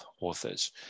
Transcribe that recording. authors